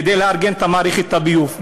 כדי לארגן את מערכת הביוב,